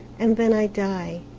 and then i die.